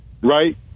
Right